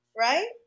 Right